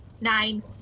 Nine